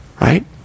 Right